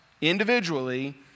individually